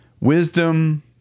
wisdom